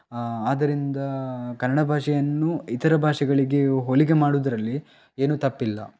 ಆದ್ದರಿಂದ ಕನ್ನಡ ಭಾಷೆಯನ್ನು ಇತರ ಭಾಷೆಗಳಿಗೆ ಹೋಲಿಕೆ ಮಾಡುವುದ್ರಲ್ಲಿ ಏನು ತಪ್ಪಿಲ್ಲ